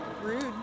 Rude